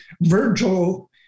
Virgil